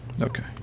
okay